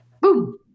boom